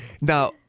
Now